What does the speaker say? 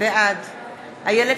בעד איילת